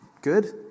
Good